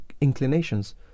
inclinations